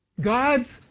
God's